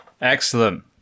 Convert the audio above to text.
excellent